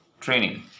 training